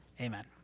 Amen